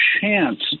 chance